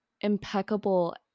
impeccable